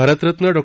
Bharat Ratna Dr